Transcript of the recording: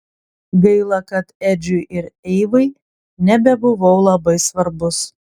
gaila kad edžiui ir eivai nebebuvau labai svarbus